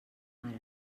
ara